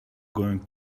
going